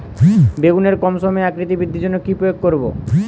বেগুনের কম সময়ে আকৃতি বৃদ্ধির জন্য কি প্রয়োগ করব?